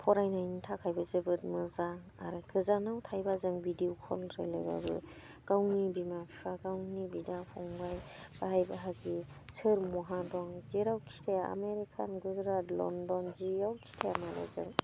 फरायनायनि थाखायबो जोबोद मोजां आरो गोजानाव थाहैबा जों बिदि फ'न रायज्लायबाबो गावनि बिमा बिफा गावनि बिदा फंबाइ भाइ बाहागि सोर बहा दं जेरावखि थाया आमेरिका गुजरात लन्डन जियावखि थाया मानो जों